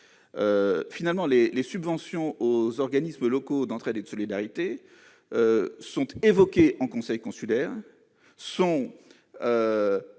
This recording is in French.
Finalement, les subventions accordées aux organismes locaux d'entraide et de solidarité sont évoquées en conseil consulaire et sont,